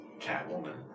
Catwoman